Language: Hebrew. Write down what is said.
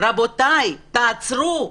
רבותיי, תעצרו.